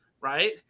Right